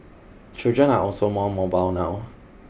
children are also more mobile now